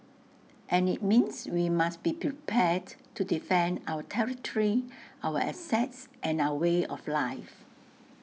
and IT means we must be prepared to defend our territory our assets and our way of life